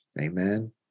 Amen